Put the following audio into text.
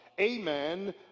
amen